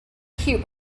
cute